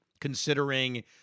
Considering